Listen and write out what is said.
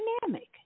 dynamic